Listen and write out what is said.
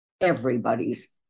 everybody's